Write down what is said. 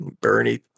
Bernie